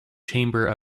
chamber